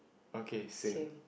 okay same